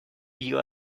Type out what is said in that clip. you